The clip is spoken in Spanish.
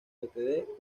ltd